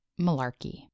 malarkey